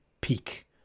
peak